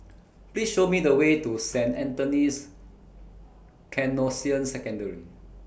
Please Show Me The Way to Saint Anthony's Canossian Secondary